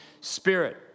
Spirit